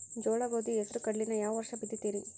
ಜೋಳ, ಗೋಧಿ, ಹೆಸರು, ಕಡ್ಲಿನ ಯಾವ ವರ್ಷ ಬಿತ್ತತಿರಿ?